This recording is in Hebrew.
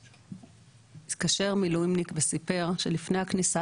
התקשר מילואימניק וסיפר שלפני הכניסה